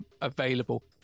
available